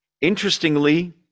Interestingly